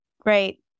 Great